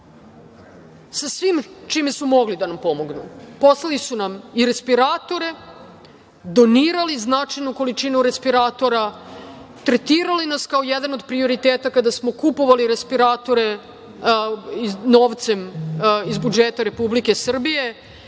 sa svime čime su mogli da nam pomognu. Poslali su nam i respiratore, donirali značajnu količinu respiratora, tretirali nas kao jedan od prioriteta kada smo kupovali respiratore novcem iz budžeta Republike Srbije,